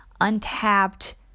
untapped